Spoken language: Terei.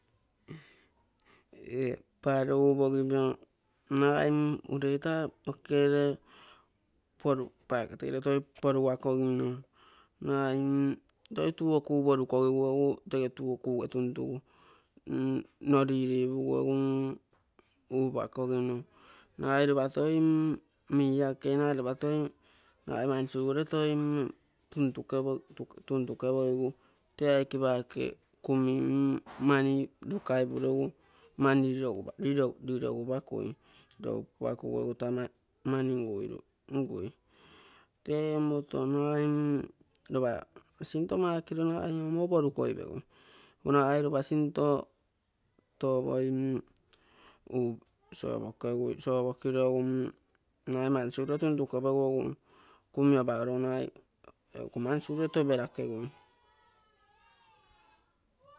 Ee paaro upogiipio nagai mm ureita okegere bucket gere toi porugakogino nagai toi tuu porukogino toi tege tuu o kuge tuntugu nno riripugu egu mm upakogino nagai ropa toi mia-ka nagai mansiru gere toi mm tuntukepogigu tee aike paake toi kumi mani lukaipui, egu mani lirogupakui, mani ngui, te omoto nagai mm ropa sinto makiro nagai omo porukoipegui egu nagai lopa sinto topoi sopokirai egu nagai mansirugere tuntukepegu egu kumi apagorogu nagai egu iko mansirugere toperakegui.